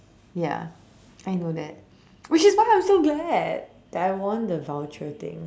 ya I know that which is why I'm so glad that I won the voucher thing